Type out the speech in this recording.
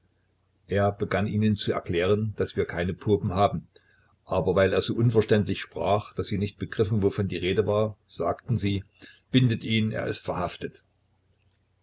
er begann ihnen zu erklären daß wir keine popen haben aber weil er so unverständlich sprach daß sie nicht begriffen wovon die rede war sagten sie bindet ihn er ist verhaftet